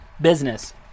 business